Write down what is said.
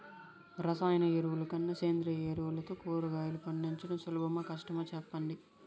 రసాయన ఎరువుల కన్నా సేంద్రియ ఎరువులతో కూరగాయలు పండించడం సులభమా కష్టమా సెప్పండి